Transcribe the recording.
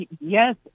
Yes